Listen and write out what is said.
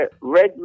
Red